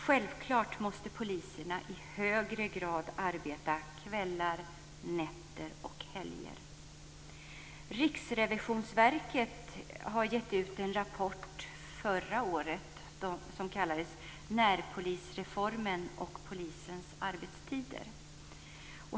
Självklart måste poliserna i högre grad arbeta kvällar, nätter och helger. Riksrevisionsverket gav ut en rapport förra året som kallades Närpolisreformen och polisens arbetstider.